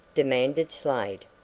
demanded slade.